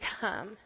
come